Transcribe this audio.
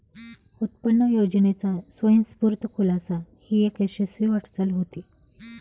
उत्पन्न योजनेचा स्वयंस्फूर्त खुलासा ही एक यशस्वी वाटचाल होती